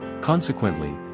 Consequently